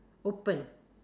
open